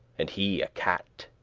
and he a cat,